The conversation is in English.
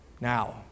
Now